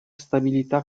stabilità